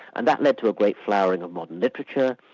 and that led to a great flowering of modern literature,